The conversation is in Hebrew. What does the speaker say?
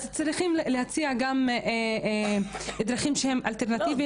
אז צריכים להציע גם דרכים שהן אלטרנטיביות,